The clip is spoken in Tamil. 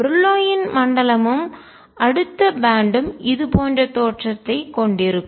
பிரில்லோயின் மண்டலமும் அடுத்த பேன்ட் ம் பட்டை இதுபோன்ற தோற்றத்தைக் கொண்டிருக்கும்